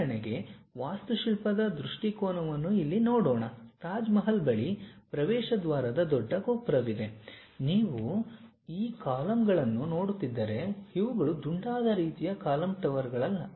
ಉದಾಹರಣೆಗೆ ವಾಸ್ತುಶಿಲ್ಪದ ದೃಷ್ಟಿಕೋನವನ್ನು ಇಲ್ಲಿ ನೋಡೋಣ ತಾಜ್ ಮಹಲ್ ಬಳಿ ಪ್ರವೇಶ ದ್ವಾರದ ದೊಡ್ಡ ಗೋಪುರವಿದೆ ನೀವು ಈ ಕಾಲಮ್ಗಳನ್ನು ನೋಡುತ್ತಿದ್ದರೆ ಇವುಗಳು ದುಂಡಾದ ರೀತಿಯ ಕಾಲಮ್ ಟವರ್ಗಳಲ್ಲ